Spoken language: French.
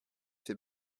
ses